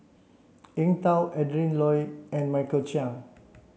Eng Tow Adrin Loi and Michael Chiang